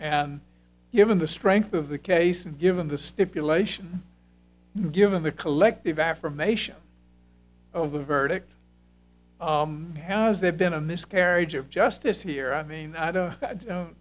given the strength of the case and given the stipulation and given the collective affirmation of the verdict has there been a miscarriage of justice here i mean i don't